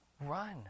Run